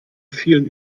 vielen